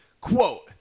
quote